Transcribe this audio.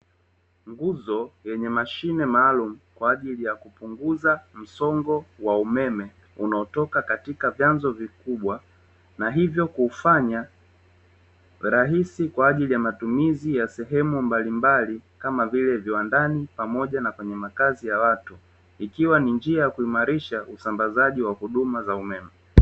Nguzo yenye mashine maalumu kwa ajili ya kupunguza msongo wa umeme, unaotoka katika vyanzo vikubwa na hivyo kufanya rahisi kwa akili ya matumizi ya sehemu mbalimbali, kama vile viwandani pamoja na kwenye makazi ya watu ikiwa ni njia ya kuimarisha usambazaji wa huduma za umeme.